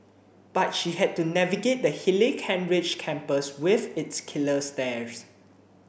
but she had to navigate the hilly Kent Ridge campus with its killer stairs